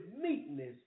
meekness